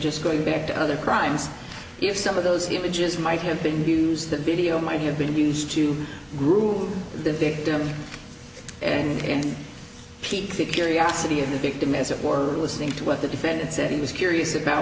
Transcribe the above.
just going back to other crimes if some of those images might have been used that video might have been used to rule the victim and keep the curiosity of the victim as it were listening to what the defendant said he was curious about